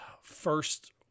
first